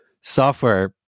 software